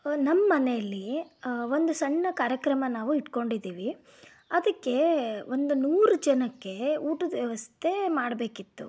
ನಮ್ಮನೇಲಿ ಒಂದು ಸಣ್ಣ ಕಾರ್ಯಕ್ರಮ ನಾವು ಇಟ್ಕೊಂಡಿದ್ದೀವಿ ಅದಕ್ಕೆ ಒಂದು ನೂರು ಜನಕ್ಕೆ ಊಟದ ವ್ಯವಸ್ಥೆ ಮಾಡಬೇಕಿತ್ತು